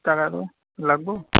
তাকেটো লাগিব